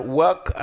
work